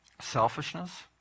Selfishness